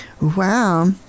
Wow